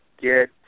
get